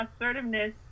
assertiveness